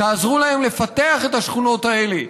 תעזרו להם לפתח את השכונות האלה,